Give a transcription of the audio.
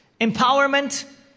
empowerment